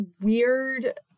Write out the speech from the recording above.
weird